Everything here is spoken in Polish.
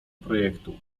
projektu